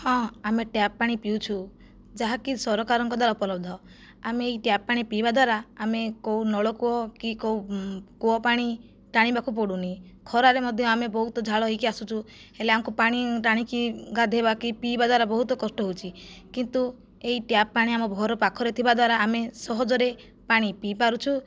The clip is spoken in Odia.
ହଁ ଆମେ ଟ୍ୟାପ ପାଣି ପିଉଛୁ ଯାହାକି ସରକାରଙ୍କ ଦ୍ଵାରା ଉପଲବ୍ଧ ଆମେ ଏହି ଟ୍ୟାପ ପାଣି ପିଇବା ଦ୍ଵାରା ଆମେ କେଉଁ ନଳ କୂଅ କି କେଉଁ କୂଅ ପାଣି ଟାଣିବାକୁ ପଡ଼ୁନି ଖରାରେ ମଧ୍ୟ ଆମେ ବହୁତ ଝାଳ ହୋଇକି ଆସୁଛୁ ହେଲେ ଆମକୁ ପାଣି ଟାଣିକି ଗାଧୋଇବା କି ପିଇବା ଦ୍ଵାରା ବହୁତ କଷ୍ଟ ହେଉଛି କିନ୍ତୁ ଏହି ଟ୍ୟାପ ପାଣି ଆମ ଘର ପାଖରେ ଥିବା ଦ୍ଵାରା ଆମେ ସହଜରେ ପାଣି ପିଇ ପାରୁଛୁ